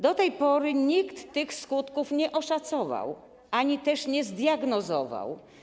Do tej pory nikt tych skutków nie oszacował ani też nie zdiagnozował.